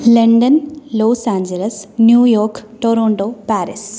London Los Angeles New York Toronto Paris